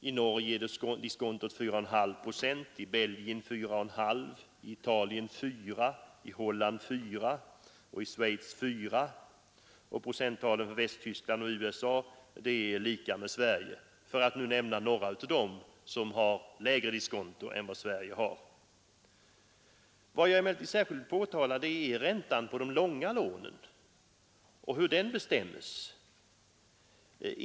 I Norge och Belgien är diskontot 4,5 procent, i Italien, Holland och Schweiz 4 procent, i Tyskland och USA detsamma som i Sverige — för att nu nämna några av de länder som har lägre diskonto än eller samma diskonto som Sverige. Vad jag emellertid särskilt vill påtala är hur räntan på de långa lånen bestäms.